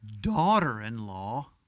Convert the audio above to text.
daughter-in-law